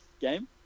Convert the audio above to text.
game